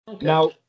Now